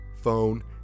phone